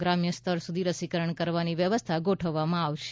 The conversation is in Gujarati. ગ્રામ્ય સ્તર સુધી રસીકરણ કરવાની વ્યવસ્થા ગોઠવવામાં આવશે